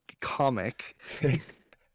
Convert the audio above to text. comic